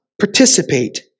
participate